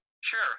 sure